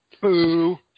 Boo